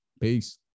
Peace